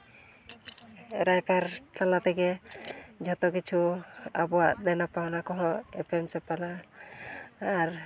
ᱨᱟᱭᱵᱟᱨ ᱛᱟᱞᱟᱛᱮᱜᱮ ᱟᱵᱚᱣᱟᱜ ᱡᱷᱚᱛᱚ ᱠᱤᱪᱷᱩ ᱟᱵᱚᱣᱟᱜ ᱫᱮᱱᱟ ᱯᱟᱣᱱᱟ ᱠᱚᱦᱚᱸ ᱮᱯᱮᱢ ᱪᱟᱯᱟᱞᱟ ᱟᱨ